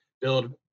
build